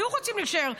הם היו רוצים להישאר,